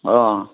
ꯑꯥ